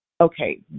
Okay